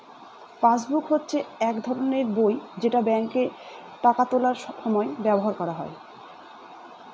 passbook হচ্ছে এক ধরনের বই যেটা ব্যাঙ্কে টাকা তোলার সময় ব্যবহার করা হয়